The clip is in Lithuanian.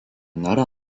nėra